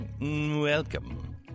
Welcome